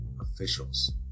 officials